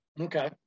okay